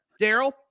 Daryl